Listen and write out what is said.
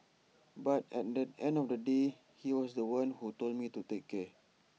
but at the end of the day he was The One who told me to take care